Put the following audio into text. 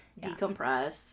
decompress